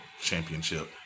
Championship